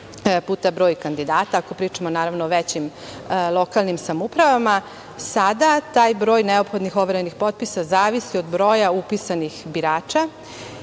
puta broj kandidata, ako pričamo, naravno, o većim lokalnim samoupravama. Sada taj broj neophodnih overenih potpisa zavisi od broja upisanih birača. Mi